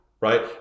right